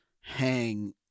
hang